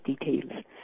details